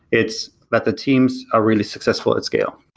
it's that the teams are really successful at scale.